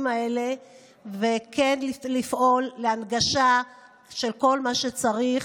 האלה ולפעול להנגשה של כל מה שצריך,